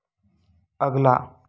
अगला